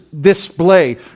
display